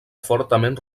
fortament